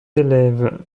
élèves